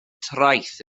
traeth